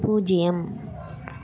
பூஜ்ஜியம்